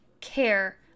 care